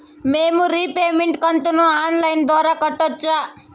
మేము రీపేమెంట్ కంతును online ద్వారా కట్టొచ్చా